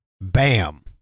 Bam